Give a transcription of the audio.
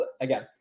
again